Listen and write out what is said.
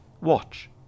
Watch